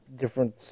different